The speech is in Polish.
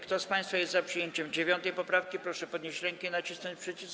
Kto z państwa jest za przyjęciem 9. poprawki, proszę podnieść rękę i nacisnąć przycisk.